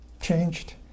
changed